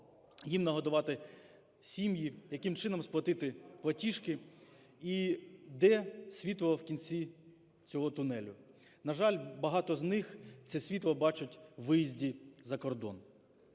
їм нагодувати сім'ї, яким чином сплатити платіжки і де світло в кінці цього тунелю. На жаль, багато з них це світло бачать у виїзді за кордон.